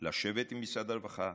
לשבת עם משרד הרווחה,